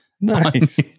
Nice